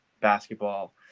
basketball